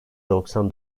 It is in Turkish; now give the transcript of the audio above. doksan